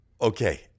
okay